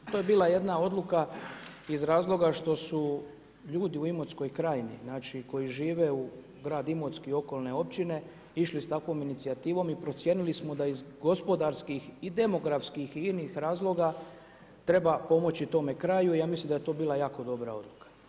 To je bila jedna odluka, iz razloga što su ljudi u imotskoj krajnji, znači, koji žive grad Imotski i okolne općine išli s takvom inicijativnom i procijenili smo da iz gospodarskih i demografskih i inih razloga treba pomoći tome kraju i ja mislim da je to bila jako dobra odluka.